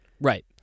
Right